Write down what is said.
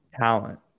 talent